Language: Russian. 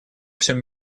всем